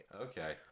Okay